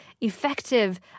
effective